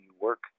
work